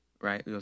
right